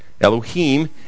Elohim